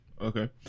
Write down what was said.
Okay